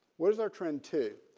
what is our trend two